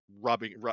rubbing